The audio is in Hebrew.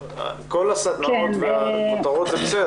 כל הסדנאות והכותרות זה בסדר,